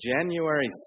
January